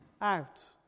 out